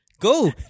go